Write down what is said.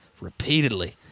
repeatedly